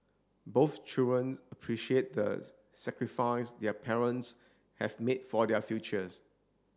both children appreciate the sacrifice their parents have made for their futures